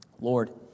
Lord